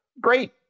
great